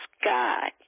sky